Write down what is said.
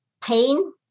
pain